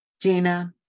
Gina